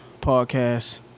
podcast